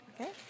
okay